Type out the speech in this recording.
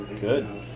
Good